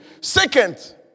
Second